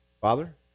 father